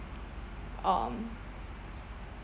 um